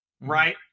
right